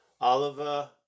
Oliver